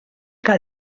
que